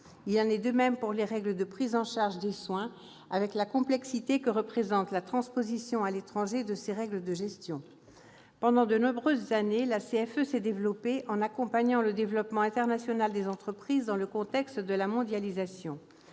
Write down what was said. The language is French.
Il en est de même pour les règles de prise en charge des soins, avec la complexité que représente la transposition à l'étranger de ces règles de gestion. Pendant de nombreuses années, la CFE s'est développée en accompagnant le développement international des entreprises dans le contexte de la mondialisation.